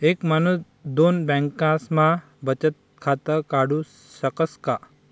एक माणूस दोन बँकास्मा बचत खातं काढु शकस का?